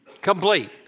Complete